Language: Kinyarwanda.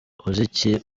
uzi